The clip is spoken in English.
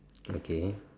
okay